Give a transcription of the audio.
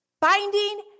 Binding